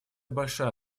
большая